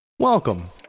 Welcome